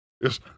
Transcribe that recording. Yes